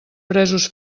presos